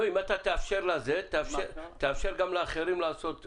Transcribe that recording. לא, אם אתה תאפשר לה, תאפשר גם לאחרים לעשות משהו.